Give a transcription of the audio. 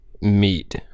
meat